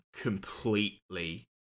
completely